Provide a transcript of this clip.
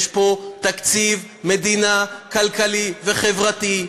יש פה תקציב מדינה כלכלי וחברתי,